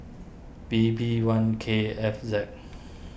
V B one K F Z